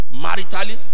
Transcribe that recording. maritally